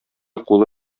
кулы